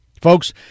Folks